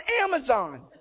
Amazon